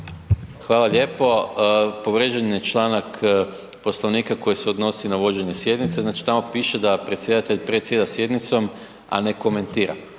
Hvala lijepo. Povrijeđen je članak Poslovnika koji se odnosi na vođenje sjednice. Znači tamo piše da predsjedatelj predsjeda sjednicom, a ne komentira.